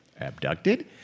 abducted